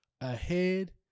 ahead